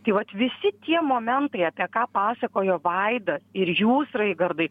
tai vat visi tie momentai apie ką pasakojo vaidas ir jūs raigardai